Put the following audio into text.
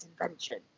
invention